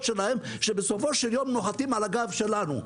שלהם שבסופו של יום נוחתים על הגב שלנו.